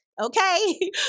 Okay